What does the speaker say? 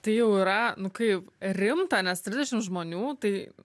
tai jau yra nu kaip rimta nes trisdešimt žmonių tai